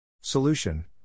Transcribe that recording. Solution